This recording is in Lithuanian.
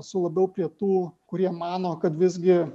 esu labiau prie tų kurie mano kad visgi